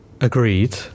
Agreed